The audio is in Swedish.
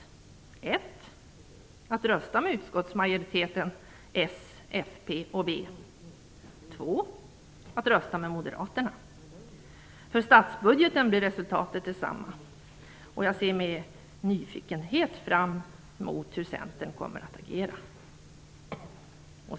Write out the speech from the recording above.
Den ena är att rösta med utskottsmajoriteten - Socialdemokraterna, Folkpartiet och Vänsterpartiet. Det andra är att rösta med Moderaterna. För statsbudgeten blir resultatet detsamma. Jag ser med nyfikenhet fram emot hur Centern kommer att agera.